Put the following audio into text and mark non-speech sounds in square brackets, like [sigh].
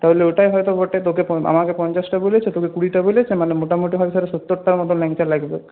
তাহলে ওটাই হয়তো বটে তোকে [unintelligible] আমাকে পঞ্চাশটা বলেছে তোকে কুড়িটা বলেছে মানে মোটামুটি হয়তো স্যারের সত্তরটার মতো ল্যাংচা লাগবে